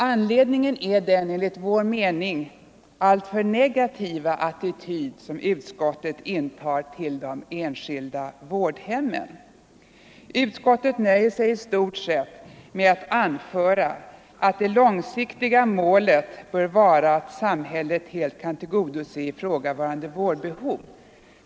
Anledningen är den enligt vår mening alltför negativa attityd som utskottet intar till de enskilda vårdhemmen. Utskottet nöjer sig i stort sett med att anföra att det långsiktiga målet bör vara att samhället helt kan tillgodose ifrågavarande vårdbehov.